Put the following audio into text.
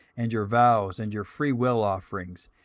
and your vows, and your freewill offerings,